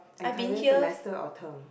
entire semester or term